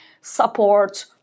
support